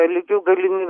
lygių galimybių